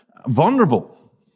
vulnerable